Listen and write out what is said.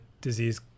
disease